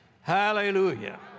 Hallelujah